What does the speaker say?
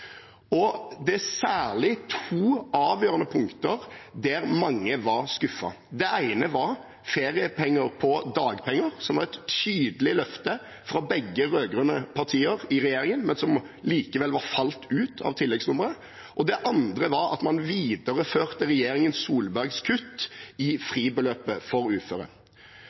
Det er særlig to avgjørende punkter der mange var skuffet. Det ene gjaldt feriepenger på dagpenger, som var et tydelig løfte fra begge rød-grønne partier i regjeringen, men som likevel var falt ut av tilleggsnummeret. Det andre var at man videreførte regjeringen Solbergs kutt i fribeløpet for uføre.